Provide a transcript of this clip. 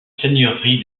seigneurie